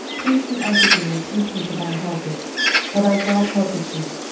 peace be unto thee, and peace be to thine helpers for thy god helpeth thee.